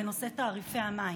בנושא תעריפי המים.